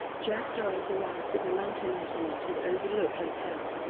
jack torrance arrives at the mountain-isolated overlook hotel,